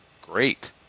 great